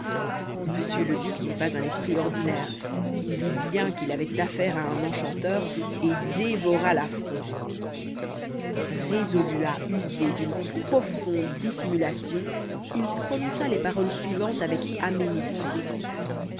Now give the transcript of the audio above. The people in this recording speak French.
le duc n'est pas un esprit ordinaire il vit bien qu'il avait affaire à un enchanteur et dévora l'affront résolu à user d'une profonde dissimulation il prononça les paroles suivantes avec aménité